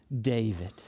David